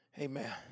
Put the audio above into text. Amen